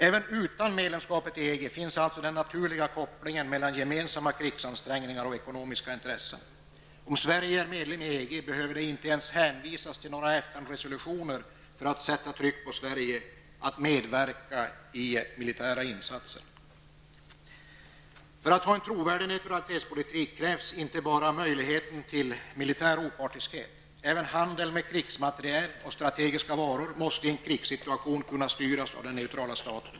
Även utan ett medlemskap i EG finns alltså en naturlig koppling mellan gemensamma krigsansträngningar och ekonomiska intressen. Om Sverige är medlem i EG behöver det inte ens hänvisas till några FN-resolutioner när det gäller att sätta tryck på Sverige att medverka i militära insatser. När det gäller att ha en trovärdig neutralitetspolitik krävs inte bara möjligheten till militär opartiskhet. Även handel med krigsmateriel och strategiska varor måste i en krigssituation kunna styras av den neutrala staten.